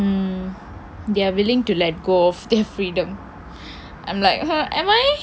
mm they are willing to let go of their freedom I'm like here am I